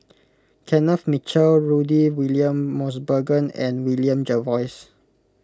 Kenneth Mitchell Rudy William Mosbergen and William Jervois